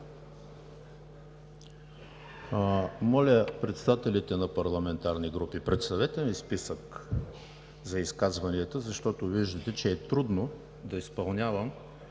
Моля, председателите на парламентарни групи, представете ми списък за изказванията, защото виждате, че е трудно да изпълнявам